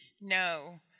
No